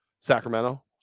Sacramento